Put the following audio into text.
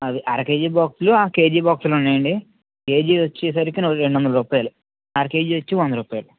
అదే అరకేజీ బాక్సులు కేజీ బాక్సులు ఉన్నాయండి కేజీ వచ్చేసరికి రెండు వందలు రూపాయలు అరకేజీ వచ్చి వంద రూపాయలు